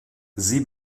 sie